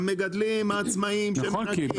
המגדלים, העצמאים, שהם חקלאיים.